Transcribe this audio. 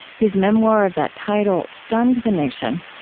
his memoir of that title stunned the nation,